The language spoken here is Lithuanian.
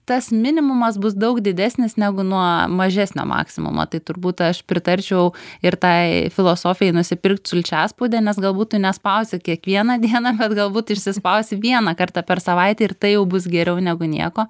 tas minimumas bus daug didesnis negu nuo mažesnio maksimumo tai turbūt aš pritarčiau ir tai filosofijai nusipirkt sulčiaspaudę nes galbūt tu nespausi kiekvieną dieną bet galbūt išsispausti vieną kartą per savaitę ir tai jau bus geriau negu nieko